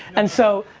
and so,